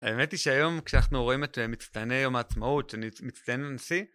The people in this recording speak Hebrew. האמת היא שהיום כשאנחנו רואים את מצטייני יום העצמאות מצטיין לנשיא